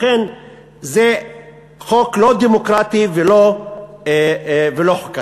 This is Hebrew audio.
לכן זה חוק לא דמוקרטי ולא חוקתי.